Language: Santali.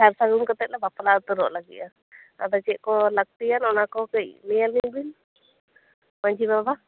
ᱥᱟᱨ ᱥᱟᱹᱜᱩᱱ ᱠᱟᱛᱮᱫ ᱞᱮ ᱵᱟᱯᱞᱟ ᱩᱛᱟᱹᱨᱚᱜ ᱞᱟᱹᱜᱤᱫᱼᱟ ᱟᱫᱚ ᱪᱮᱫ ᱠᱚ ᱞᱟᱹᱠᱛᱤᱜᱼᱟ ᱚᱱᱟ ᱠᱚ ᱠᱟᱹᱡ ᱞᱟᱹᱭ ᱟᱹᱞᱤᱧ ᱵᱮᱱ ᱢᱟᱹᱡᱷᱤ ᱵᱟᱵᱟ